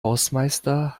hausmeister